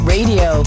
Radio